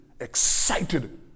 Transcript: excited